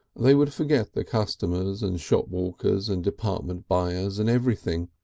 they would forget the customers and shopwalkers and department buyers and everything,